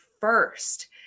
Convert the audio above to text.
first